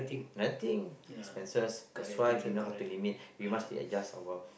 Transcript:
nothing expenses that's why we know how to limit you must to adjust our